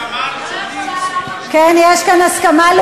הסכמה לאומית, כן, יש כאן הסכמה לאומית רחבה.